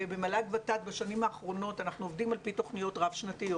במל"ג-ות"ת בשנים האחרונות אנחנו עובדים על פי תוכניות רב שנתיות